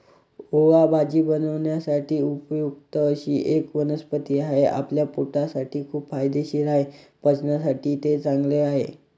ओवा भाजी बनवण्यासाठी उपयुक्त अशी एक वनस्पती आहे, आपल्या पोटासाठी खूप फायदेशीर आहे, पचनासाठी ते चांगले आहे